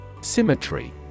Symmetry